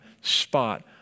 spot